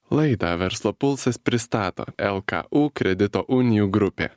laidą verslo pulsas pristato lku kredito unijų grupė